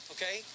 Okay